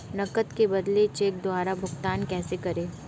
नकद के बदले चेक द्वारा भुगतान कैसे करें?